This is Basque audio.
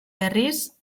berriz